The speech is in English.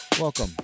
Welcome